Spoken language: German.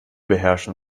beherrschen